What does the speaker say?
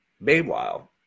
meanwhile